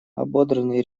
ободранный